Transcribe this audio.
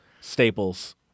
staples